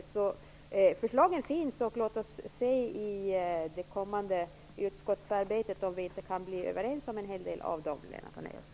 Förslagen finns alltså. Låt oss se om vi i det kommande utskottsarbetet inte kan bli överens om en hel del av dem, Lennart Daléus.